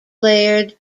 layered